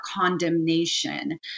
condemnation